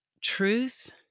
truth